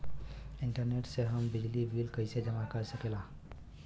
Internet से हम बिजली बिल कइसे जमा कर सकी ला?